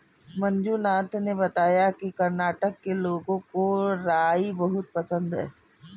मंजुनाथ ने बताया कि कर्नाटक के लोगों को राई बहुत पसंद है